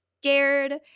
scared